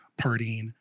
partying